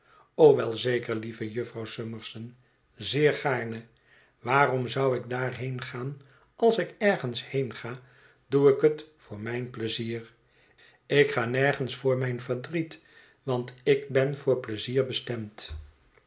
wel zeker lieve jufvrouw summerson zeer gaarne waarom zou ik daarheen gaan als ik ergens heenga doe ik het voor mijn pleizier ik ga nergens voor mijn verdriet want ik ben voor pleizier bestemd